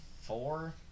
Four